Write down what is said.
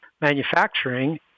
manufacturing